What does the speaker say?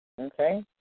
Okay